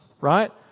right